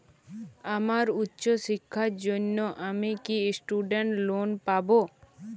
আমার উচ্চ শিক্ষার জন্য আমি কি স্টুডেন্ট লোন পাবো